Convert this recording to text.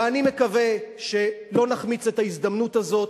ואני מקווה שלא נחמיץ את ההזדמנות הזאת,